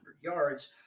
yards